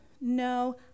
No